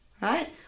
Right